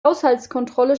haushaltskontrolle